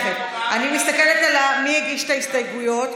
אני מסתכלת מי הגיש את ההסתייגויות.